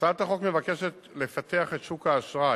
הצעת החוק מבקשת לפתח את שוק האשראי